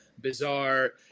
bizarre